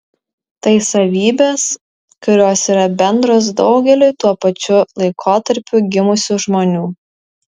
tai savybės kurios yra bendros daugeliui tuo pačiu laikotarpiu gimusių žmonių